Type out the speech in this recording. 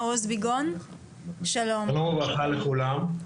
שלום וברכה לכולם.